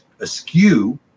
askew